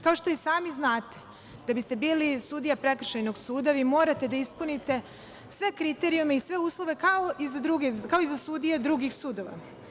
Kao što i sami znate, da biste bili sudija prekršajnog suda, vi morate da ispunite sve kriterijume i sve uslove kao i za sudije drugih sudova.